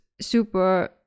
super